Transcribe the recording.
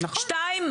שתיים,